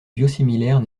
biosimilaires